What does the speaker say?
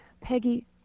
Peggy